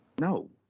No